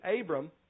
Abram